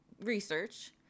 research